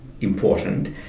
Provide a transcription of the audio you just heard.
important